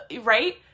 right